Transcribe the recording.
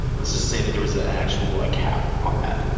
let's just say that there was an actual ah cap on that.